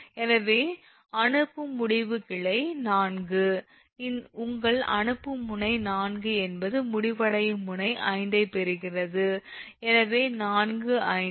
எனவே அனுப்பும் முடிவு கிளை 4 உங்கள் அனுப்பும் முனை 4 என்பது முடிவடையும் முனை 5 ஐப் பெறுகிறது எனவே 4 5